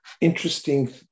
interesting